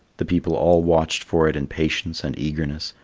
the people all watched for it in patience and eagerness,